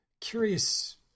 curious